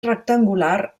rectangular